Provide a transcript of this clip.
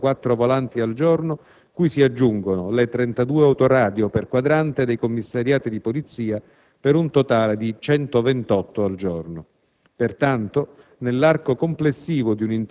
per un totale complessivo di 52-54 volanti ai giorno, cui si aggiungono le 32 autoradio per quadrante dei commissariati di polizia, per un totale di 128 al giorno.